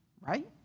right